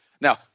Now